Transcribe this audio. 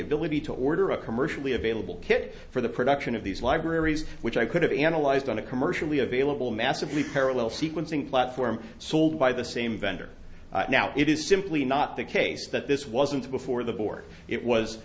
ability to order a commercially available kit for the production of these libraries which i could have analyzed on a commercially available massively parallel sequencing platform sold by the same vendor now it is simply not the case that this wasn't before the board it was